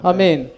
Amen